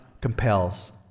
compels